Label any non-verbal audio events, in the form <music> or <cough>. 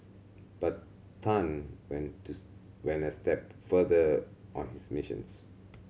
but Tan went to <unintelligible> went a step further on his missions